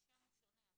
השם הוא שונה,